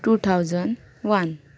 two thousand one